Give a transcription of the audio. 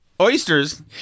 Oysters